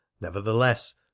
nevertheless